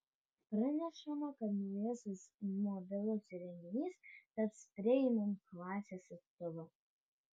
pranešama kad naujasis mobilus įrenginys taps premium klasės atstovu